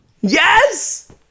Yes